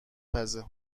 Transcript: میزه